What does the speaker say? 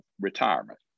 retirement